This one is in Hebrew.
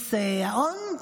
לקיבוץ האון.